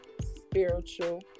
spiritual